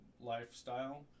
lifestyle